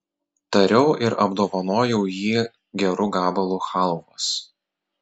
tariau ir apdovanojau jį geru gabalu chalvos